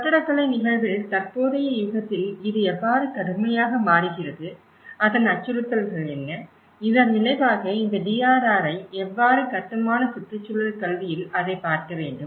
கட்டடக்கலை நிகழ்வில் தற்போதைய யுகத்தில் இது எவ்வாறு கடுமையாக மாறுகிறது அதன் அச்சுறுத்தல்கள் என்ன இதன் விளைவாக இந்த DRRஐ எவ்வாறு கட்டுமான சுற்றுச்சூழல் கல்வியில் அதைப் பார்க்க வேண்டும்